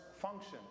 function